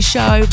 show